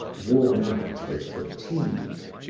worn out with fatigue.